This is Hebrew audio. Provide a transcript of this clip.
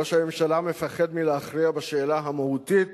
ראש הממשלה מפחד להכריע בשאלה המהותית